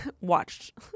watched